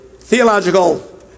theological